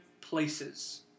places